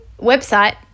website